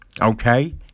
Okay